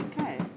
Okay